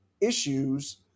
issues